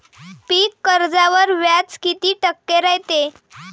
पीक कर्जावर व्याज किती टक्के रायते?